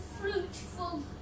fruitful